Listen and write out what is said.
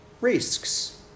risks